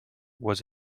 was